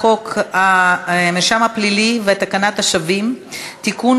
חוק המרשם הפלילי ותקנת השבים (תיקון,